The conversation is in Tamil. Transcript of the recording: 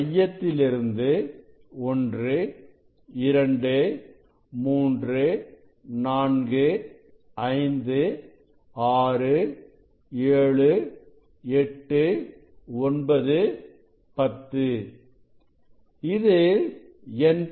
மையத்திலிருந்து 1 2 3 4 5 6 7 8 9 10